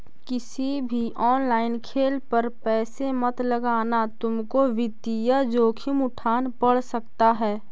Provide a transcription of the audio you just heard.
किसी भी ऑनलाइन खेल पर पैसे मत लगाना तुमको वित्तीय जोखिम उठान पड़ सकता है